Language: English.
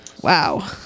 Wow